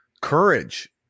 courage